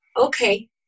okay